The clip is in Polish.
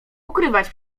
ukrywać